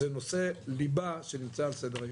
זה נושא ליבה שנמצא על סדר היום?